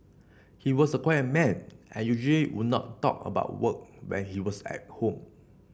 he was a quiet man and usually would not talk about work when he was at home